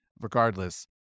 regardless